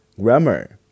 grammar